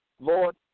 Lord